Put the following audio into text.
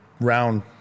round